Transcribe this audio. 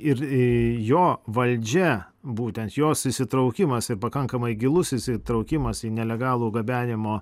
ir jo valdžia būtent jos įsitraukimas ir pakankamai gilus įsitraukimas į nelegalų gabenimo